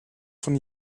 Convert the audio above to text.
von